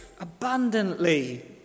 Abundantly